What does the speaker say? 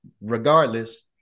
regardless